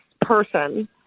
person